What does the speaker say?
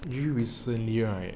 during recently right